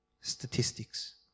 statistics